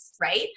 right